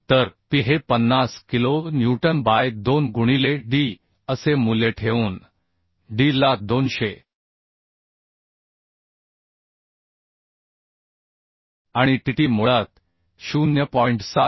तर P हे 50 kilo newton by 2 गुणिले D असे मूल्य ठेवून D ला 200 आणि Tt मुळात 0